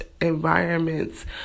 environments